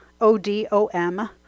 O-D-O-M